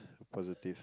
positive